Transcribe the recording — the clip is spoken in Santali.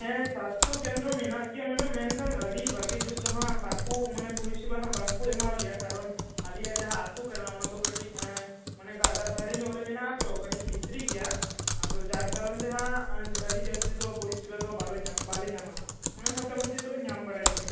ᱦᱮᱸ ᱥᱟᱥᱛᱷᱚ ᱠᱮᱱᱫᱨᱚ ᱢᱮᱱᱟᱜ ᱜᱮᱭᱟ ᱢᱮᱰᱚᱢ ᱢᱮᱱᱠᱷᱟᱱ ᱟᱹᱰᱤ ᱵᱷᱟᱜᱮ ᱡᱩᱛ ᱫᱚ ᱦᱟᱸᱜ ᱵᱟᱠᱚ ᱢᱟᱱᱮ ᱯᱚᱨᱤᱥᱮᱵᱟ ᱦᱟᱸᱜ ᱵᱟᱝ ᱠᱚ ᱮᱢᱟᱣᱟᱞᱮᱭᱟ ᱠᱟᱨᱚᱱ ᱟᱞᱮᱭᱟᱜ ᱡᱟᱦᱟᱸ ᱟᱛᱳ ᱠᱟᱱᱟ ᱚᱱᱟ ᱫᱚ ᱠᱟᱹᱴᱤᱡ ᱢᱟᱱᱮ ᱜᱟᱰᱟ ᱫᱷᱟᱨᱮ ᱧᱚᱜ ᱨᱮ ᱢᱮᱱᱟᱜ ᱟᱛᱚ ᱢᱟᱱᱮ ᱠᱟᱹᱴᱤᱡ ᱵᱷᱤᱛᱨᱤ ᱜᱮᱭᱟ ᱟᱫᱚ ᱡᱟᱨ ᱠᱟᱨᱚᱱ ᱛᱮᱦᱟᱜ ᱟᱹᱰᱤ ᱡᱟᱹᱥᱛᱤ ᱫᱚ ᱯᱚᱨᱤᱥᱮᱵᱟ ᱫᱚ ᱵᱟᱞᱮ ᱵᱟᱞᱮ ᱧᱟᱢᱟ ᱦᱸᱟᱜ ᱢᱟᱱᱮ ᱢᱳᱴᱟᱢᱩᱴᱤ ᱫᱚᱞᱮ ᱧᱟᱢ ᱵᱟᱲᱟᱭ ᱜᱮᱭᱟ